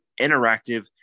interactive